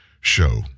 show